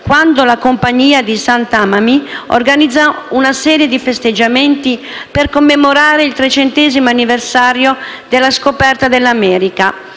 quando la Compagnia di St. Tammany organizzò una serie di festeggiamenti per commemorare il 300° anniversario della scoperta dell'America.